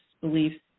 beliefs